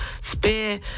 spear